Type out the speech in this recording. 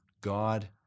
God